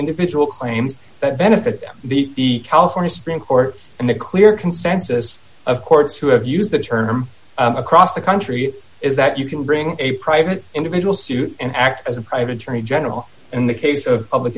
individual claims that benefit the california supreme court and the clear consensus of courts who have used that term across the country is that you can bring a private individual suit and act as a private attorney general in the case of public